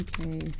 Okay